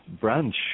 branch